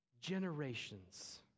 generations